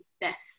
best